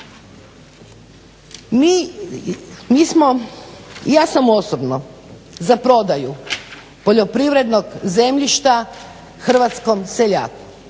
nejasno. Ja sam osobno za prodaju poljoprivrednog zemljišta hrvatskom seljaku